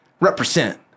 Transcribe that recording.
represent